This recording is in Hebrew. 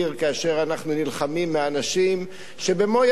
כאשר אנחנו נלחמים באנשים שבמו-ידינו,